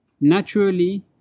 naturally